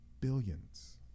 billions